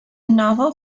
novel